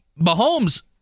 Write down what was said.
Mahomes